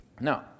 Now